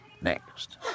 Next